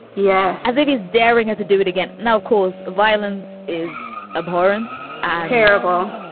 yeah. as if he's daring us to do it again now, cause violence is abhorrent and terrible.